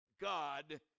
God